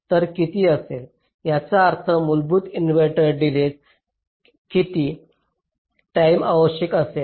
तर किती असेल याचा अर्थ मूलभूत इन्व्हर्टर डिलेज किती टाईमा आवश्यक असेल